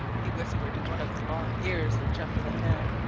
he whispered in one of the long ears of jumper the hare.